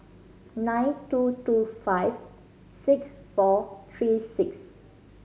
nine two two five six four three six